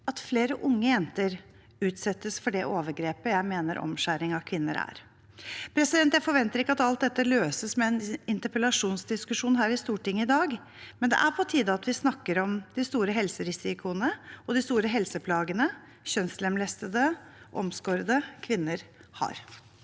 at flere unge jenter utsettes for det overgrepet jeg mener omskjæring av kvinner er. Jeg forventer ikke at alt dette løses med en interpellasjonsdiskusjon her i Stortinget i dag, med det er på tide at vi snakker om de store helserisikoene og de store helseplagene kjønnslemlestede, omskårne kvinner har.